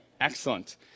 Excellent